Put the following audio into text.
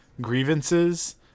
grievances